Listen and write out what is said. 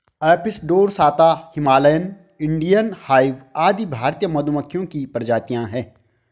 Apis dorsata, Himalayan, Indian hive आदि भारतीय मधुमक्खियों की प्रजातियां है